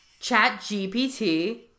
ChatGPT